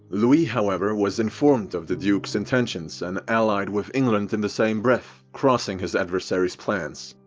louis, however, was informed of the duke's intentions and allied with england in the same breath, crossing his adversary's plans.